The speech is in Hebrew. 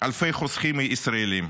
אלפי חוסכים ישראלים.